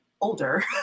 older